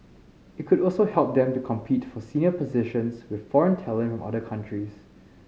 it could also help them to compete for senior positions with foreign talent other countries